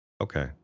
Okay